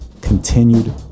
continued